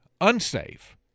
unsafe